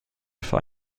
für